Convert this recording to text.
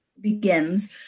begins